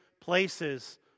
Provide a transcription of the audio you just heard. places